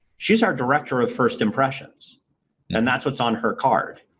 she's our director of first impressions and that's what's on her card.